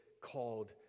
called